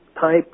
type